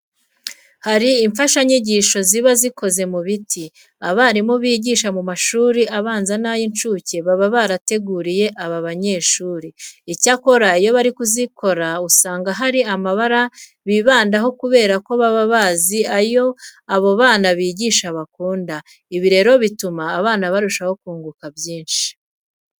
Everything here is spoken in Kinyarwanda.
Hari imfashanyigisho ziba zikoze mu biti, abarimu bigisha mu mashuri abanza n'ay'incuke baba barateguriye aba banyeshuri. Icyakora iyo bari kuzikora usanga hari amabara bibandaho kubera ko baba bazi ayo abana bigisha bakunda. Ibi rero bituma abana barushaho kunguka byinshi.